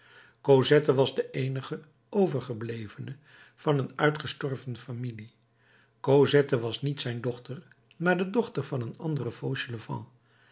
cosette was de eenige overgeblevene van een uitgestorven familie cosette was niet zijn dochter maar de dochter van een anderen